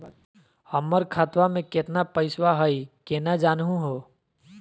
हमर खतवा मे केतना पैसवा हई, केना जानहु हो?